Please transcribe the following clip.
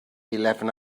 eleven